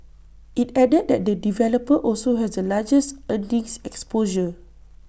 IT added that the developer also has the largest earnings exposure